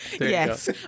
yes